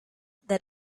that